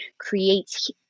creates